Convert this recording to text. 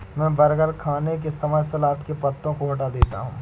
मैं बर्गर खाने के समय सलाद के पत्तों को हटा देता हूं